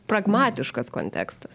pragmatiškas kontekstas